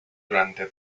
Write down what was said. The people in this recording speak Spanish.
durante